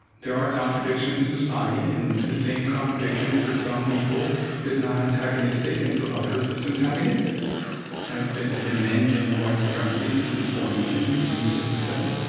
there are contradictions in society, and the same contradiction for some people is not antagonistic, and for others, it's antagonistic. the united states has been an engine of white supremacy since its formation and continues to be so,